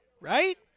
right